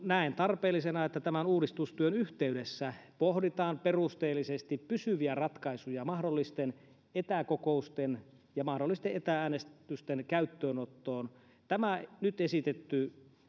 näen tarpeellisena että tämän uudistustyön yhteydessä pohditaan perusteellisesti pysyviä ratkaisuja mahdollisten etäkokousten ja mahdollisten etä äänestysten käyttöönottoon tämä nyt esitetty